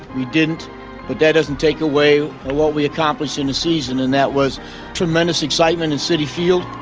we didn't, but that doesn't take away what we accomplished in a season and that was tremendous excitement in citi field